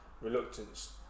reluctance